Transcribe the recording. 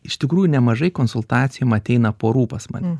iš tikrųjų nemažai konsultacijom ateina porų pas mane